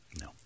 No